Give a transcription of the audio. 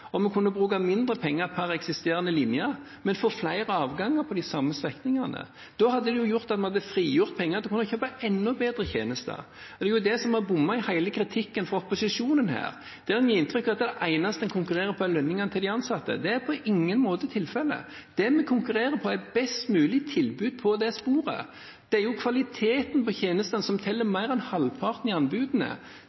om vi kunne bruke mindre penger per eksisterende linje, men få flere avganger på de samme strekningene? Da hadde vi jo fått frigjort penger til å kunne kjøpe enda bedre tjenester. Og det er der hele kritikken fra opposisjonen har bommet: En gir inntrykk av at det eneste en konkurrerer på, er lønningene til de ansatte. Det er på ingen måte tilfellet. Det vi konkurrer på, er et best mulig tilbud på det sporet. Kvaliteten på tjenestene teller mer enn halvparten i anbudene; det er ikke lønn og pris som teller